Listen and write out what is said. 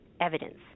evidence